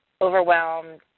overwhelmed